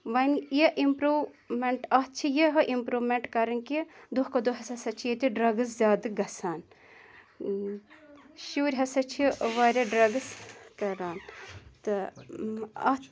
وۄنۍ یہِ اِمپرٛوٗمیٚنٛٹ اَتھ چھِ یِہٕے اِمپرٛوٗمیٚنٛٹ کَرٕنۍ کہِ دۄہ کھۄ دۄہ ہَسا چھِ ییٚتہِ ڈرٛگٕز زیادٕ گژھان شُرۍ ہَسا چھِ واریاہ ڈرٛگٕز کَران تہٕ اَتھ